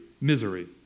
misery